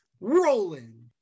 rolling